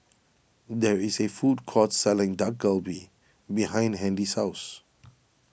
there is a food court selling Dak Galbi behind Handy's house